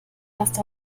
erst